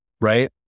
Right